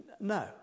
No